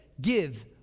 give